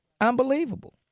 Unbelievable